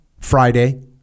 Friday